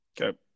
Okay